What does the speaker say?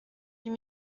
huit